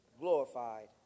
glorified